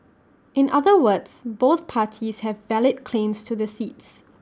in other words both parties have valid claims to the seats